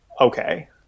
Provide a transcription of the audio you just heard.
okay